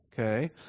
Okay